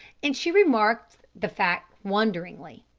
and she remarked the fact wonderingly.